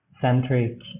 centric